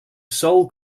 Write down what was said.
soul